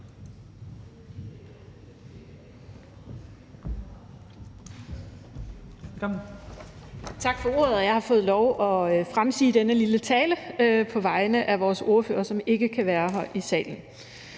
Tak for ordet. Jeg har fået lov at fremsige denne lille tale på vegne af vores ordfører, som ikke kan være her i salen.